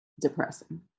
depressing